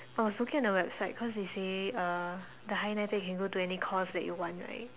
I was looking at the website cause you say uh the higher NITEC you can go to any course that you want right